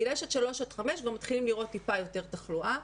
גילאי 3 5 כבר מתחילים לראות טיפה יותר תחלואה,